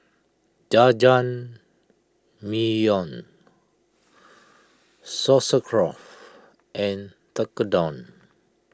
Jajangmyeon Sauerkraut and Tekkadon